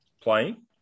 playing